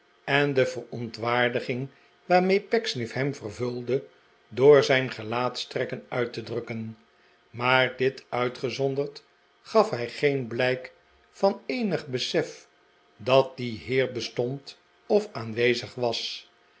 en de verontwaardiging waarmee pecksniff hem vervulde door zijn gelaatstrekken uit te drukken maar dit uitgezonderd gaf hij geen blijk van eenig besef dat die heer bestond of aanwezig was